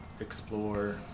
explore